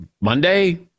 Monday